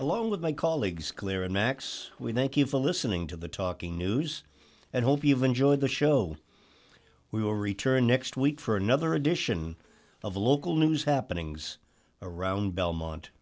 alone with my colleagues clear and max we thank you for listening to the talking news and hope you'll enjoy the show we will return next week for another edition of local news happenings around belmont